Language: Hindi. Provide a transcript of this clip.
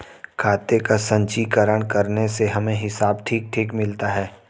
खाते का संचीकरण करने से हमें हिसाब ठीक ठीक मिलता है